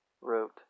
wrote